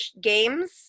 games –